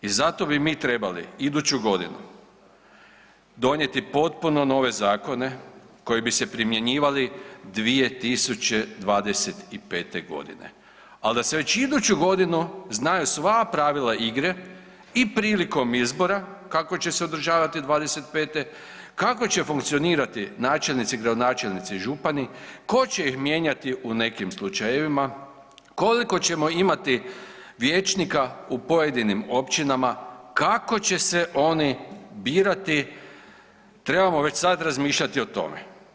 I zato bi mi trebali iduću godinu donijeti potpuno nove zakone koji bi se primjenjivali 2025. godine, ali da se već iduće godine znaju sva pravila igre i prilikom izbora kako će se održavati '25. kako će funkcionirati načelnici, gradonačelnici, župani, tko će ih mijenjati u nekim slučajevima, koliko ćemo imati vijećnika u pojedinim općinama, kako će se oni birati trebamo već sad razmišljati o tome.